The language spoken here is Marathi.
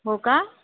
हो का